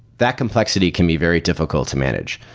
that complexity can be very difficult to manage.